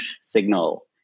signal